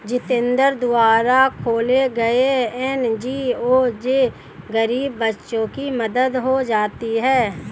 जितेंद्र द्वारा खोले गये एन.जी.ओ से गरीब बच्चों की मदद हो जाती है